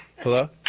Hello